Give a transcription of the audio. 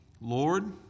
Lord